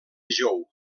jou